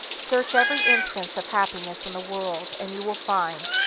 search every instance of happiness in the world, and you will find,